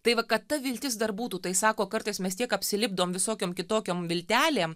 tai va kad ta viltis dar būtų tai sako kartais mes tiek apsilipdom visokiom kitokiom viltelėm